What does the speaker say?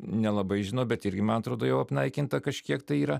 nelabai žinau bet irgi man atrodo jau apnaikinta kažkiek tai yra